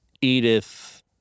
Edith